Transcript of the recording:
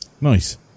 nice